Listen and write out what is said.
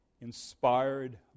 inspired